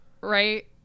Right